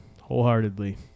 wholeheartedly